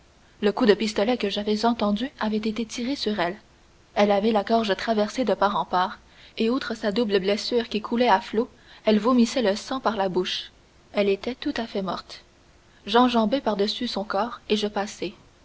le coup de pistolet que j'avais entendu avait été tiré sur elle elle avait la gorge traversée de part en part et outre sa double blessure qui coulait à flots elle vomissait le sang par la bouche elle était tout à fait morte j'enjambai par-dessus son corps et je passai